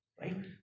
Right